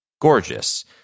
gorgeous